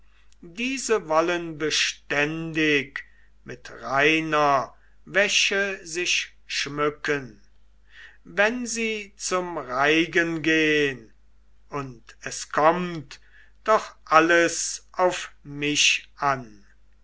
diese wollen beständig mit reiner wäsche sich schmücken wenn sie zum reigen gehn und es kommt doch alles auf mich an